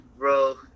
Bro